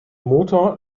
motor